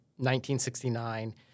1969